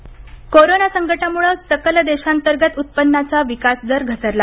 GDP corona संकटामुळं सकल देशांतर्गत उत्पन्नाचा विकास दर घसरला